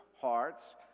hearts